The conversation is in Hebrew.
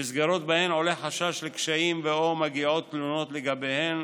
במסגרות שבהן עולה חשש לקשיים או שמגיעות תלונות לגביהם,